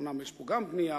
אומנם יש גם פה בנייה,